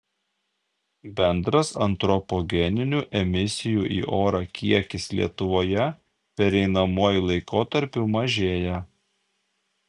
bendras antropogeninių emisijų į orą kiekis lietuvoje pereinamuoju laikotarpiu mažėja